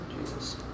Jesus